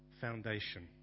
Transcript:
foundation